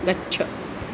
गच्छ